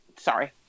Sorry